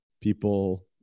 people